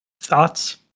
Thoughts